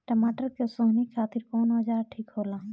टमाटर के सोहनी खातिर कौन औजार ठीक होला?